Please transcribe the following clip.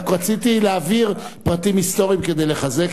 רק רציתי להבהיר פרטים היסטוריים כדי לחזק,